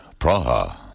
Praha